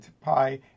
Pi